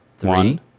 one